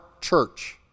church